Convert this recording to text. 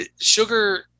sugar